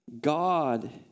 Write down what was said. God